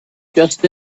just